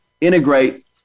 integrate